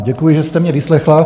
Děkuji, že jste mě vyslechla.